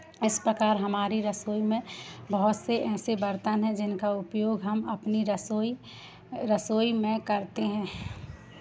इस प्रकार हमारी रसोई में बहुत से ऐसे बर्तन हैं जिनका उपयोग हम अपनी रसोई रसोई में करते हैं